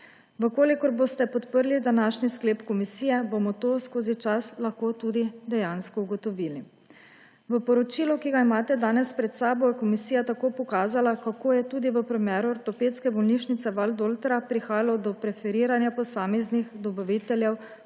zastavili. Če boste podprli današnji sklep komisije, bomo to skozi čas lahko tudi dejansko ugotovili. V poročilu, ki ga imate danes pred sabo, je komisija tako pokazala, kako je tudi v primeru Ortopedske bolnišnice Valdoltra prihaja do preferiranja posameznih dobaviteljev